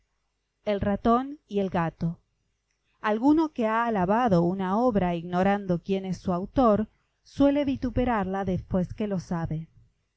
el ratón y el gato alguno que ha alabado una obra ignorando quién es su autor suele vituperarla después que lo sabe